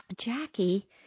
Jackie